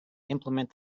implement